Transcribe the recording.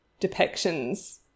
depictions